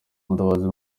mutabazi